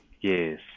Yes